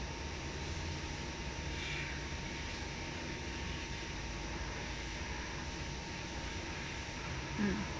mm